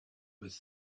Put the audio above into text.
with